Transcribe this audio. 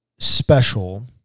special